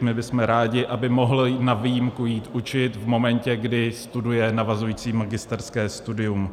My bychom rádi, aby mohl na výjimku jít učit v momentě, kdy studuje navazující magisterské studium.